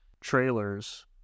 trailers